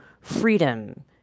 freedom